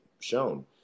shown